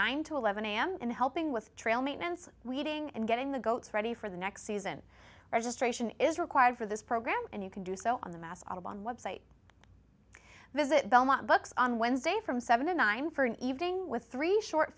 dollars to eleven am and helping with trail maintenance weeding and getting the goats ready for the next season registration is required for this program and you can do so on the mass audubon website visit belmont books on wednesday from seven to nine for an evening with three short